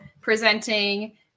presenting